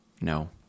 no